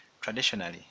Traditionally